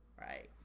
right